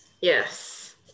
Yes